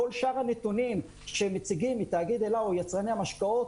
כל שאר הנתונים שמציגים מתאגיד אל"ה או יצרני המשקאות,